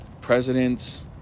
presidents